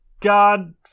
God